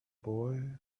boy